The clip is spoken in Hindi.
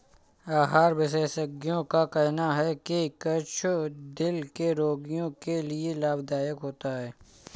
आहार विशेषज्ञों का कहना है की कद्दू दिल के रोगियों के लिए लाभदायक होता है